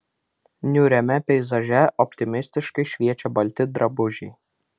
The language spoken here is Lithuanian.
niūriame peizaže optimistiškai šviečia balti drabužiai